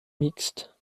mixtes